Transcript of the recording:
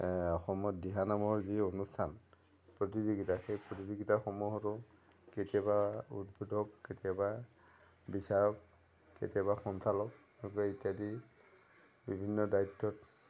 অসমত দিহা নামৰ যি অনুষ্ঠান প্ৰতিযোগিতা সেই প্ৰতিযোগিতাসমূহতো কেতিয়াবা উদ্ৱোদক কেতিয়াবা বিচাৰক কেতিয়াবা সঞ্চালকৰূপে ইত্যাদি বিভিন্ন দায়িত্বত